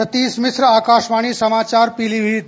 सतीश मिश्र आकाशवाणी समाचार पीलीभीत